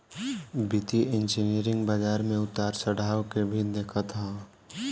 वित्तीय इंजनियरिंग बाजार में उतार चढ़ाव के भी देखत हअ